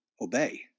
obey